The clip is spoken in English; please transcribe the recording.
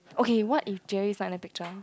okay what if Jerry is not in the picture